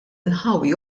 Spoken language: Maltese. inħawi